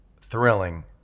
thrilling